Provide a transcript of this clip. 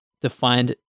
defined